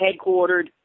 headquartered